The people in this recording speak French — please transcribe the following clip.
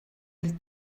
elle